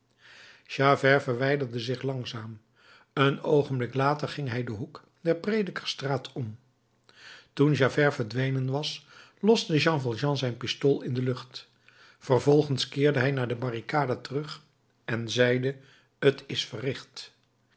javert verwijderde zich langzaam een oogenblik later ging hij den hoek der predikersstraat om toen javert verdwenen was loste jean valjean zijn pistool in de lucht vervolgens keerde hij naar de barricade terug en zeide t is verricht